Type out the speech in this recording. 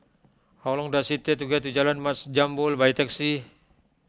how long does it take to get to Jalan Mat Jambol by taxi